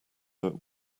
that